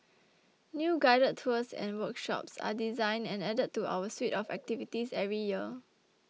new guided tours and workshops are designed and added to our suite of activities every year